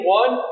one